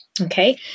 Okay